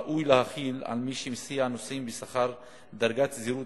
ראוי להחיל על מי שמסיע נוסעים בשכר דרגת זהירות